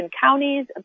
counties